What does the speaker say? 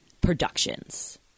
Productions